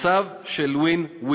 מצב של win-win.